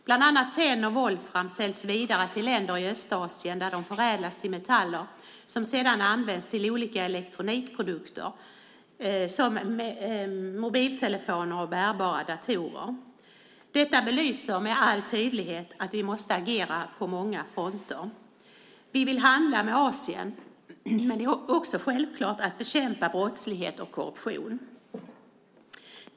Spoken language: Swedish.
Bland annat tenn och volfram säljs vidare till länder i Östasien och där de förädlas till metaller som sedan används till olika elektronikprodukter som mobiltelefoner och bärbara datorer. Detta belyser med all tydlighet att vi måste agera på många fronter. Vi vill handla med Asien. Men det är också självklart att bekämpa brottslighet och korruption.